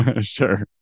Sure